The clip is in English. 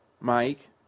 Mike